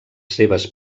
seves